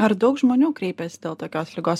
ar daug žmonių kreipias dėl tokios ligos